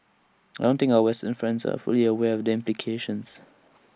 I don't think our western friends are fully aware of them